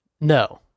No